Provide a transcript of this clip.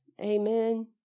Amen